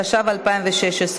התשע"ו 2016,